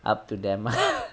up to them ah